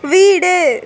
வீடு